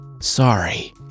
sorry